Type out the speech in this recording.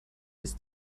ist